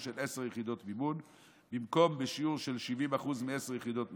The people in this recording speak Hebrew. של עשר יחידות מימון במקום בשיעור של 70% מעשר יחידות מימון,